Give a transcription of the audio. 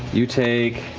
you take